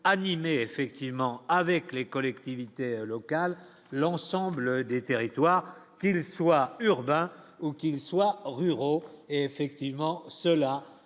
animée effectivement avec les collectivités locales, l'ensemble des territoires qu'il soit urbain ou qu'il soit ruraux, effectivement cela,